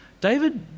David